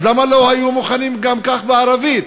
אז למה לא היו מוכנים כך גם בערבית?